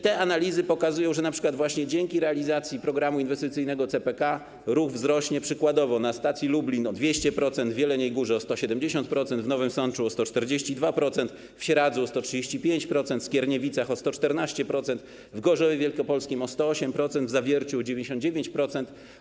Te analizy pokazują, że dzięki realizacji programu inwestycyjnego CPK ruch wzrośnie, przykładowo, na stacji Lublin o 200%, w Jeleniej Górze - o 170%, w Nowym Sączu - o 142%, w Sieradzu - o 135%, w Skierniewicach - o 114%, w Gorzowie Wielkopolskim - o 108%, a w Zawierciu - o 99%.